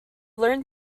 learned